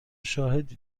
شاهدی